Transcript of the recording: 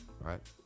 right